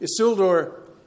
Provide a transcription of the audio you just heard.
Isildur